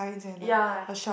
ya